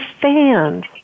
fans